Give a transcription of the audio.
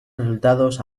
resultados